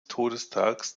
todestages